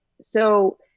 So-